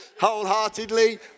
wholeheartedly